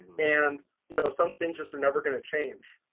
and you know, some things just are never gonna change.